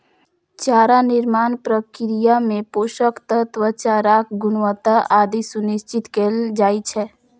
चारा निर्माण प्रक्रिया मे पोषक तत्व, चाराक गुणवत्ता आदि सुनिश्चित कैल जाइ छै